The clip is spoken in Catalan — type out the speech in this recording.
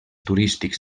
turístics